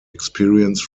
experience